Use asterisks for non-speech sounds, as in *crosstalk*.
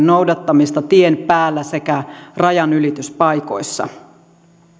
*unintelligible* noudattamista tien päällä sekä rajanylityspaikoissa